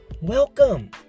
Welcome